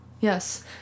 yes